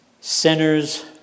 Sinners